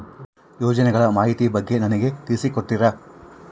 ಯೋಜನೆಗಳ ಮಾಹಿತಿ ಬಗ್ಗೆ ನನಗೆ ತಿಳಿಸಿ ಕೊಡ್ತೇರಾ?